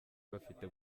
bafite